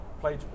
played